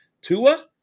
Tua